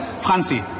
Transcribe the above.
Franzi